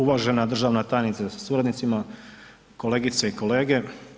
Uvažena državna tajnice sa suradnicima, kolegice i kolege.